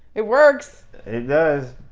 it works it does.